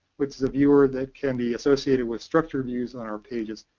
which is a viewer that can be associated with structured views on our pages,